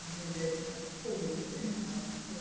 abbreviation, but fallen women, that's